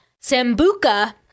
Sambuca